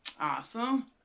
awesome